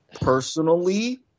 Personally